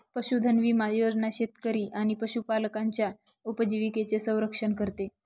पशुधन विमा योजना शेतकरी आणि पशुपालकांच्या उपजीविकेचे संरक्षण करते